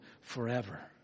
forever